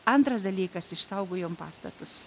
antras dalykas išsaugojom pastatus